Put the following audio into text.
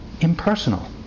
impersonal